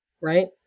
Right